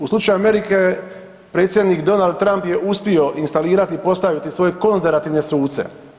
U slučaju Amerike predsjednik Donald Trump je uspio instalirati i postaviti svoje konzervativne suce.